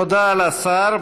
תודה לשר.